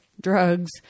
drugs